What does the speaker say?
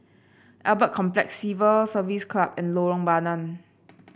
Albert Complex Civil Service Club and Lorong Bandang